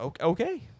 okay